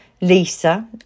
Lisa